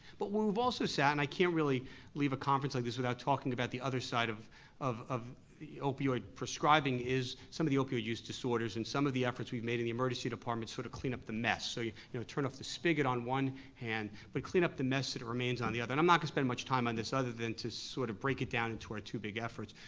but we've also said, and i can't really leave a conference like this without talking about the other side of of of opioid prescribing is some of the opioid use disorders and some of the efforts we've made in the emergency department to sort of clean up the mess. so you'll turn off the spigot on one hand, but clean up the mess that remains on the other. and i'm not gonna spend much time on this other than to sort of break it down into our two big efforts.